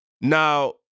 Now